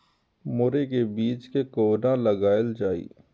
मुरे के बीज कै कोना लगायल जाय?